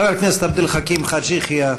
חבר הכנסת עבד אל חכים חאג' יחיא,